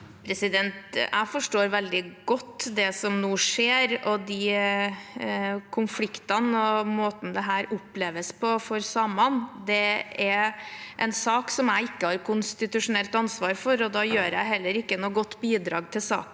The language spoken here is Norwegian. Jeg forstår vel- dig godt det som nå skjer, de konfliktene og måten dette oppleves på for samene. Det er en sak jeg ikke har konstitusjonelt ansvar for, og da gir jeg heller ikke noe godt bidrag til saken